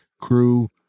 crew